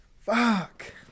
Fuck